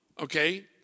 Okay